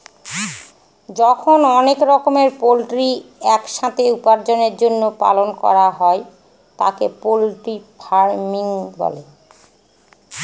যখন অনেক রকমের পোল্ট্রি এক সাথে উপার্জনের জন্য পালন করা হয় তাকে পোল্ট্রি ফার্মিং বলে